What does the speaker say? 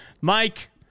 Mike